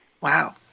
Wow